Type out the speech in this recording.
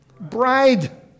bride